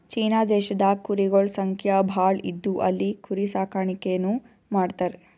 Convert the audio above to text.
China ದೇಶದಾಗ್ ಕುರಿಗೊಳ್ ಸಂಖ್ಯಾ ಭಾಳ್ ಇದ್ದು ಅಲ್ಲಿ ಕುರಿ ಸಾಕಾಣಿಕೆನೂ ಮಾಡ್ತರ್